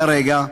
כרגע,